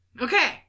Okay